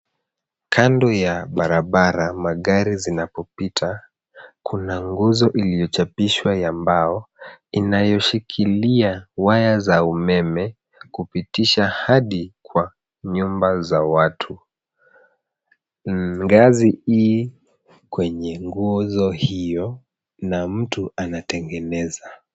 Kando ya barabara magari zinapopita, kuna nguzo iliyochapishwa ya mbao inayoshikilia waya za umeme kupitisha hadi kwa nyumba za watu. Ngazi ii kwenye nguzo hiyo na mtu anatengeneza.